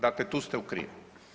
Dakle, tu ste u krivu.